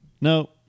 No